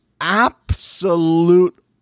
absolute